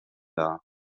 dar